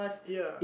ya